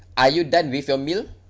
are you done with your meal